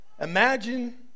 imagine